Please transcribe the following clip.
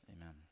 Amen